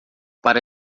para